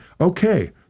Okay